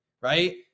right